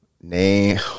name